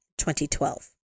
2012